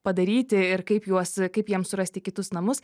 padaryti ir kaip juos kaip jiems surasti kitus namus